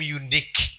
unique